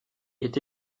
est